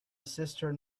cistern